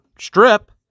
Strip